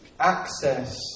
Access